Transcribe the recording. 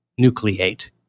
nucleate